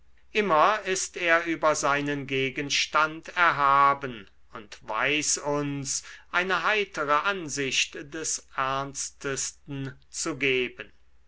immer ist er über seinen gegenstand erhaben und weiß uns eine heitere ansicht des ernstesten zu geben